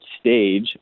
stage